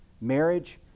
Marriage